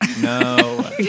No